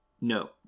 no